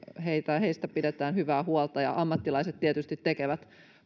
heistä pidetään hyvää huolta ammattilaiset tietysti tekevät